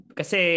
kasi